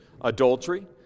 adultery